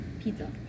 pizza